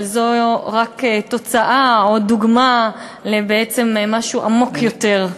אבל זו רק תוצאה או דוגמה למשהו עמוק יותר.